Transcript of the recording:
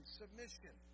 submission